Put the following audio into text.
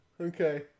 Okay